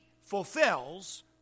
fulfills